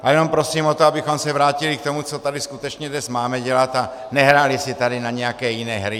Ale jenom prosím o to, abychom se vrátili k tomu, co tady skutečně dnes máme dělat, a nehráli si tady na nějaké jiné hry.